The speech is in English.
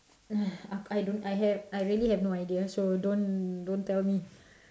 !hais! I don't I have I really have no idea so don't don't tell me